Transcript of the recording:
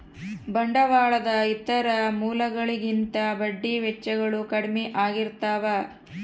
ಬಂಡವಾಳದ ಇತರ ಮೂಲಗಳಿಗಿಂತ ಬಡ್ಡಿ ವೆಚ್ಚಗಳು ಕಡ್ಮೆ ಆಗಿರ್ತವ